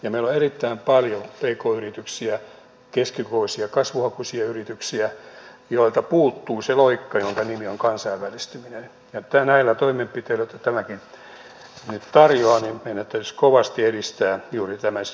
meillä on erittäin paljon pk yrityksiä keskikokoisia kasvuhakuisia yrityksiä joilta puuttuu se loikka jonka nimi on kansainvälistyminen ja näillä toimenpiteillä joita tämäkin nyt tarjoaa meidän täytyisi kovasti edistää juuri tällaisia hankkeita